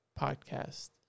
podcast